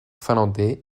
finlandais